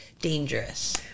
dangerous